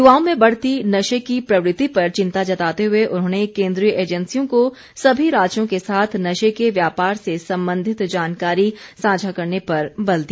युवाओं में बढ़ती नशे की प्रवृति पर चिंता जताते हुए उन्होंने केन्द्रीय एजैन्सियों को सभी राज्यों के साथ नशे के व्यापार से संबंधित जानकारी साझा करने पर बल दिया